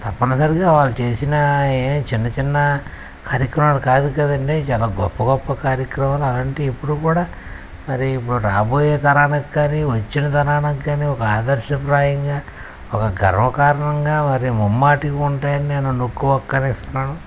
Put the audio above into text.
తప్పనిసరిగా వాళ్ళు చేసిన ఏమ్ చిన్న చిన్న కార్యక్రమాలు కాదు కదండి చాలా గొప్ప గొప్ప కార్యక్రమాలు అలాంటివి ఇప్పుడు కూడా మరి ఇప్పుడు రాబోయే తరానికి కానీ వచ్చిన తరానికి కానీ ఒక ఆదర్శప్రాయంగా ఒక గర్వకారణంగా మరి ముమ్మాటికి ఉంటాయని నేను నొక్కి వక్కాణిస్తున్నాను